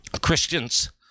Christians